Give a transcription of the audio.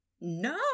no